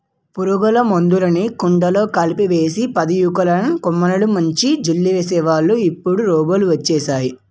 పురుగుల మందులుని కుండలో కలిపేసి పదియాకులున్న కొమ్మలిని ముంచి జల్లేవాళ్ళు ఇప్పుడు రోబోలు వచ్చేసేయ్